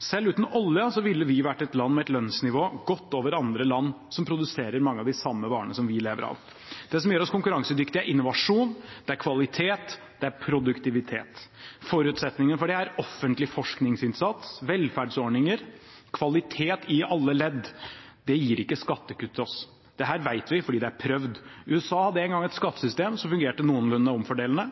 Selv uten oljen ville vi vært et land med et lønnsnivå godt over andre land som produserer mange av de samme varene vi lever av. Det som gjør oss konkurransedyktige, er innovasjon, kvalitet og produktivitet. Forutsetningene for det er offentlig forskningsinnsats, velferdsordninger, kvalitet i alle ledd. Det gir ikke skattekutt til oss. Dette vet vi, for det er prøvd. USA hadde en gang et skattesystem som fungerte noenlunde omfordelende.